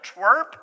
twerp